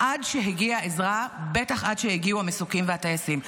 עד שהגיעה עזרה, בטח עד שהגיעו המסוקים והטייסים.